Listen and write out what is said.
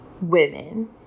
women